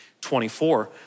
24